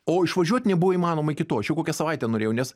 o išvažiuot nebuvo įmanoma iki to aš jau kokią savaitę norėjau nes